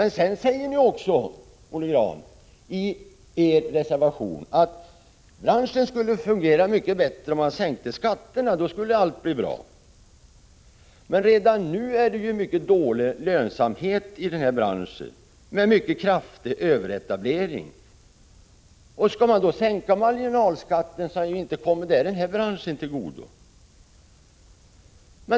Ni säger också i er reservation att branschen skulle fungera mycket bättre om man sänkte skatterna. Då skulle allting bli bra. Redan nu är det mycket dålig lönsamhet inom branschen med mycket kraftig överetablering. Skulle man då sänka marginalskatterna, skulle detta inte komma den här branschen till godo.